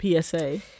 PSA